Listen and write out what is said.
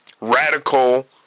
radical